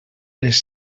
les